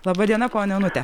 laba diena ponia onute